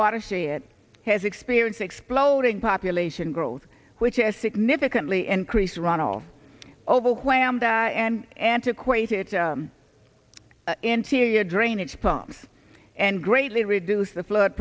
watershed has experienced exploding population growth which has significantly increased run all over wham that and antiquated interior drainage pumps and greatly reduce the flood